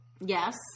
Yes